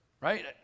Right